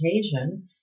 occasion